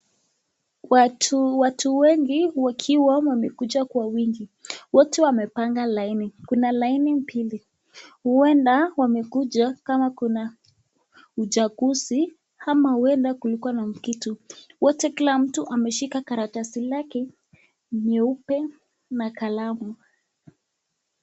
Watu wengi wakiwa wamekuja kwa wingi. Wote wamepanga laini. Kuna laini mbili. Huenda wamekuja kama kuna uchaguzi ama huenda kulikuwa na kitu. Wote kila mtu ameshika karatasi lake nyeupe na kalamu.